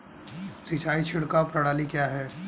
सिंचाई छिड़काव प्रणाली क्या है?